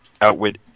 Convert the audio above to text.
outwit